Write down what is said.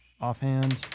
offhand